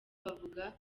bavuga